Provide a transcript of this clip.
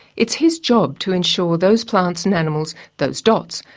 it's his job to ensure those plants and animals, those dots,